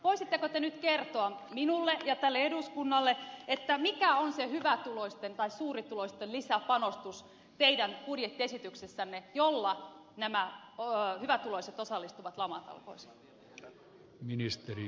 voisitteko te nyt kertoa minulle ja tälle eduskunnalle mikä on se hyvätuloisten tai suurituloisten lisäpanostus teidän budjettiesityksessänne jolla nämä hyvätuloiset osallistuvat lamatalkoisiin